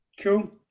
Cool